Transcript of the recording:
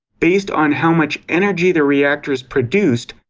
based on how much energy their reactors produced,